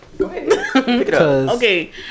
Okay